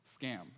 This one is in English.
Scam